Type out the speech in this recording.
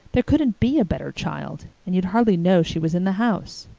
there couldn't be a better child and you'd hardly know she was in the house.